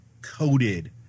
coated